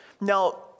Now